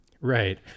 Right